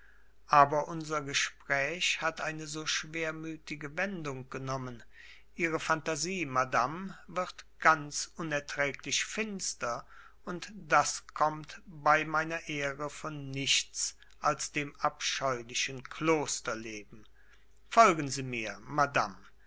aber unser gespräch hat eine so schwermütige wendung genommen ihre phantasie madame wird ganz unerträglich finster und das kommt bei meiner ehre von nichts als dem abscheulichen klosterleben folgen sie mir madame